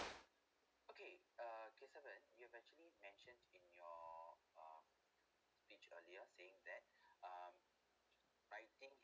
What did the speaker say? okay uh kesavan you've actually mentioned in your uh speech earlier saying that um writing